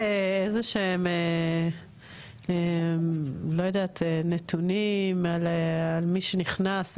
יש איזשהם נתונים על מי שנכנס,